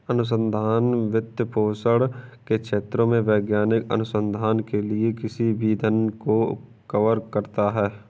अनुसंधान वित्तपोषण के क्षेत्रों में वैज्ञानिक अनुसंधान के लिए किसी भी धन को कवर करता है